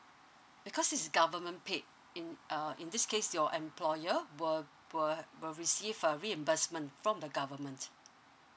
because is government paid in uh in this case your employer will will receive a reimbursement from the government